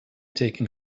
taken